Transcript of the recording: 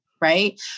right